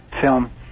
film